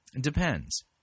depends